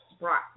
brought